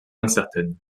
incertaine